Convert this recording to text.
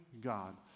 God